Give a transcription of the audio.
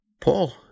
Paul